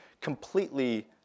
completely